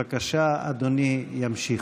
בבקשה, אדוני ימשיך.